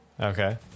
Okay